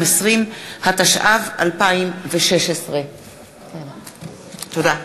220), התשע"ו 2016. תודה.